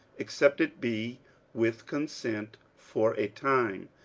except it be with consent for a time,